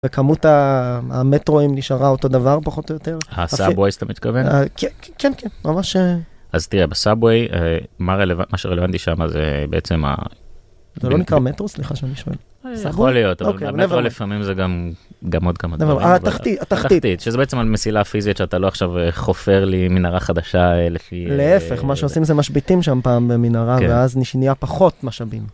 וכמות המטרואים נשארה אותו דבר, פחות או יותר. הסאבווייס, אתה מתכוון? כן, כן, ממש. אז תראה, בסאבווי, מה שרלוונטי שם זה בעצם... זה לא נקרא מטרו? סליחה, שאני שואל. יכול להיות, אבל מטרו לפעמים זה גם עוד כמה דברים. התחתית, התחתית. שזה בעצם מסילה פיזית שאתה לא עכשיו חופר לי מנהרה חדשה לפי... להפך, מה שעושים זה משביתים שם פעם ב במנהרה, ואז נהיה פחות משאבים.